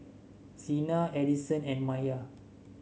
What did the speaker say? Xena Edison and Maiya